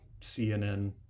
cnn